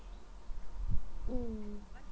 mm